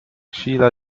shiela